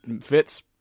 fits